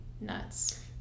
nuts